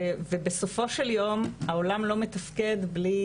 ובסופו של יום העולם לא מתפקד בלי